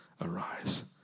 arise